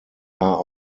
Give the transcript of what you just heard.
are